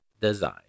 design